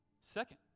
Second